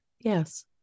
Yes